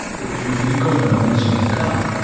if if you recall the analogy of the car,